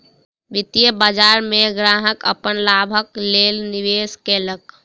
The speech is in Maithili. वित्तीय बाजार में ग्राहक अपन लाभक लेल निवेश केलक